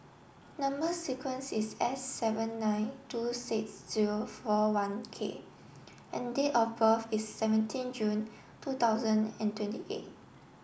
number sequence is S seven nine two six zero four one K and date of birth is seventeen June two thousand and twenty eight